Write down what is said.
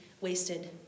wasted